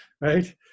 Right